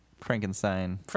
Frankenstein